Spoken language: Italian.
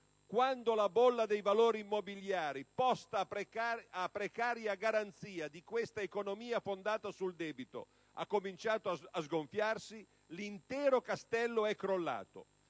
Quando la bolla dei valori immobiliari, posta a precaria garanzia di questa economia fondata sul debito ha cominciato a sgonfiarsi, l'intero castello è crollato.